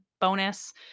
bonus